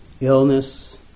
illness